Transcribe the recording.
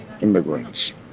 immigrants